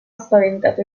spaventato